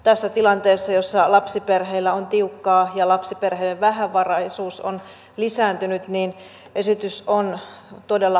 tässä tilanteessa jossa lapsiperheillä on tiukkaa ja lapsiperheiden vähävaraisuus on lisääntynyt esitys on todella harkitsematon